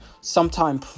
sometime